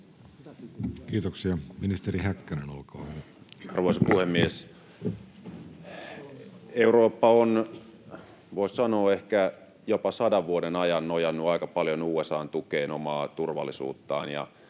Kiitoksia. — Ministeri Häkkänen, olkaa hyvä. Arvoisa puhemies! Eurooppa on, voisi ehkä sanoa, jopa sadan vuoden ajan nojannut aika paljon USA:n tukeen omaa turvallisuuttaan.